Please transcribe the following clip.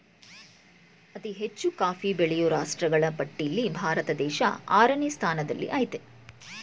ಅತಿ ಹೆಚ್ಚು ಕಾಫಿ ಬೆಳೆಯೋ ರಾಷ್ಟ್ರಗಳ ಪಟ್ಟಿಲ್ಲಿ ಭಾರತ ದೇಶ ಆರನೇ ಸ್ಥಾನದಲ್ಲಿಆಯ್ತೆ